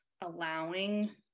allowing